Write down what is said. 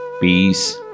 Peace